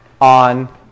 on